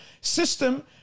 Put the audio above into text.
system